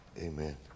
Amen